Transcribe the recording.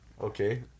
Okay